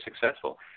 successful